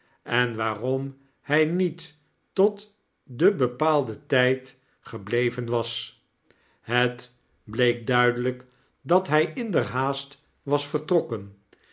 en waarom hij niet tot den bepaalden tijd gebleven was het bleek duidelyk dat hy inderhaast was vertrokken